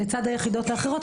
לצד היחידות האחרות,